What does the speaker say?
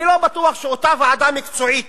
אני לא בטוח שאותה ועדה מקצועית,